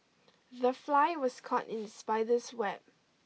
the fly was caught in spider's web